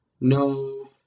No